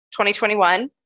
2021